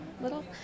little